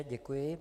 Děkuji.